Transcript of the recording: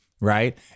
Right